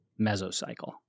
mesocycle